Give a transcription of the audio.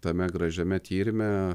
tame gražiame tyrime